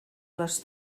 les